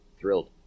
thrilled